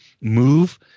move